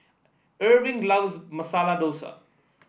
Irving loves Masala Dosa